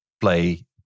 play